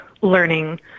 learning